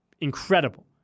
incredible